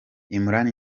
imran